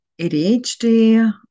ADHD